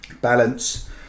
balance